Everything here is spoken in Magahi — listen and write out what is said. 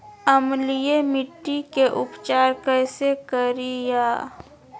अम्लीय मिट्टी के उपचार कैसे करियाय?